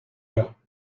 gars